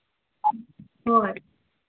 ꯍꯣꯏ